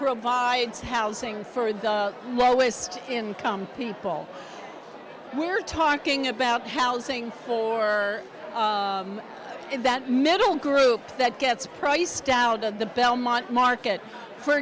provides housing for the lowest income people we're talking about housing for that middle group that gets priced out of the belmont market for